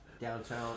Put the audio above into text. Downtown